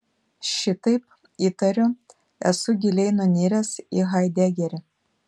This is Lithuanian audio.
šitaip įtariu esu giliai nuniręs į haidegerį